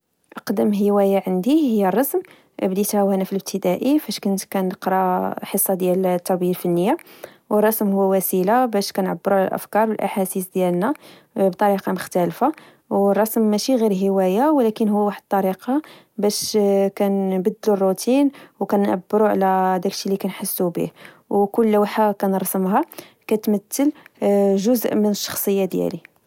أقدم هواية عندي هي الرسم، بديتها وأنا فالإبتدائي، فاش كنت كنقرى حصة ديال التربية الفنية. والرسم هو وسيلة باش نعبرو على الأفكاري والأحاسيسي ديالنا بطريقة مختلفة.. والرسم ماشي غير هواية، ولكن هو واحد الطريقة باش كنبدلو الروتين وكنعبرو على داكشي لكنحسو بيه، وكل لوحة كنرسمها كتمتل جزء من الشخصية ديالي